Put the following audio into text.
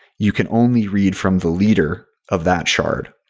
you can only read from the leader of that shard.